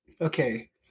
Okay